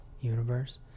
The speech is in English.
universe